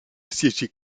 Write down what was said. siégeait